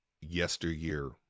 yesteryear